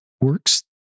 works